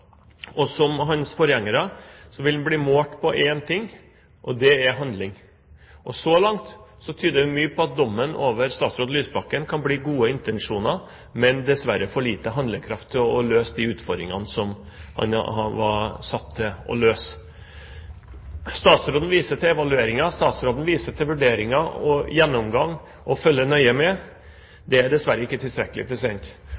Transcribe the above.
og som hans forgjengere vil han bli målt på én ting, og det er handling. Og så langt tyder mye på at dommen over statsråd Lysbakken kan bli gode intensjoner, men, dessverre, for lite handlekraft til å møte de utfordringene som han var satt til å møte. Statsråden viser til evalueringer, statsråden viser til vurderinger og gjennomgang – og følger nøye